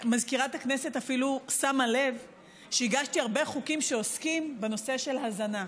מזכירת הכנסת אפילו שמה לב שהגשתי הרבה חוקים שעוסקים בנושא של הזנה.